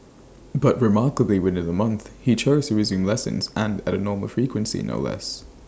but remarkably within A month he chose to resume lessons and at A normal frequency no less